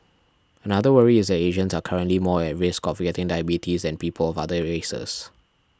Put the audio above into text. another worry is that Asians are currently more at risk of getting diabetes than people of other races